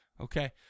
Okay